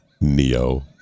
Neo